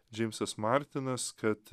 džeimsas martinas kad